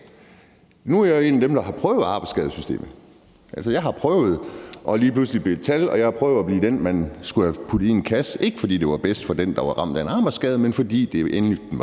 nu er jeg jo en af dem, der har prøvet arbejdsskadesystemet. Altså, jeg har prøvet lige pludselig at blive et tal, og jeg har prøvet at blive den, man har skullet putte i en kasse, ikke fordi det var bedst for den, der var ramt af en arbejdsskade, men fordi det enten var